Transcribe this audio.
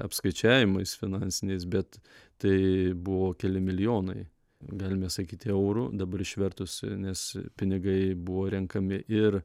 apskaičiavimais finansiniais bet tai buvo keli milijonai galime sakyti eurų dabar išvertusi i nes pinigai buvo renkami ir